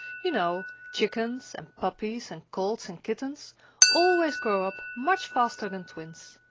you know, chickens and puppies and colts and kittens always grow up much faster than twins.